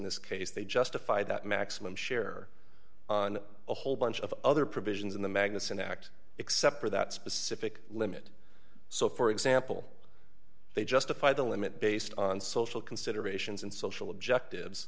this case they justify that maximum share on a whole bunch of other provisions in the magnusson act except for that specific limit so for example they justify the limit based on social considerations and social objectives